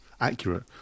accurate